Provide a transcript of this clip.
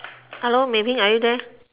hello Mei-Ting are you there